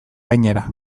gainera